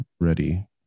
ready